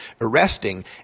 arresting